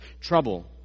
trouble